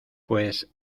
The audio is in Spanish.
pues